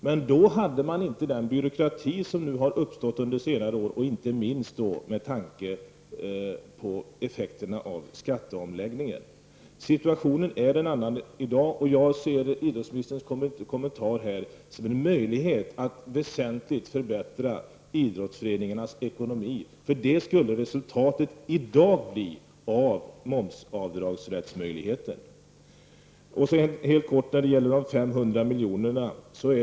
Men då hade man inte den byråkrati som har uppstått under senare år, inte minst med tanke på effekten av skatteomläggningen. Situationen är en helt annan i dag. Jag ser det idrottsministern nyss sade som en möjlighet att väsentligt förbättra idrottsföreningarnas ekonomi, för det skulle resultatet i dag bli av möjligheten till momsavdrag. Sedan helt kort om de 500 miljonerna.